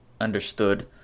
understood